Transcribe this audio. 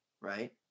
right